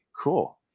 Cool